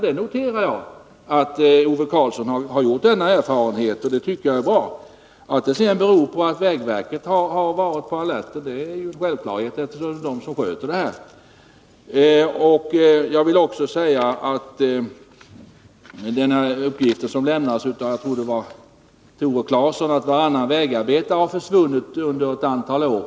Jag noterar att Ove Karlsson har gjort denna erfarenhet, och jag tycker att det är bra. Jag tror att det var Tore Claeson som lämnade uppgiften att varannan vägarbetare har försvunnit på ett antal år.